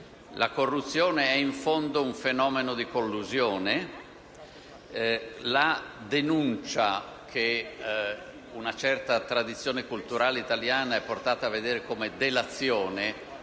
La corruzione è in fondo un fenomeno di collusione e la denuncia, che una certa tradizione culturale italiana è portata a vedere come delazione,